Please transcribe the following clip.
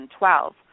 2012